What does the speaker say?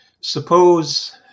suppose